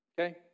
Okay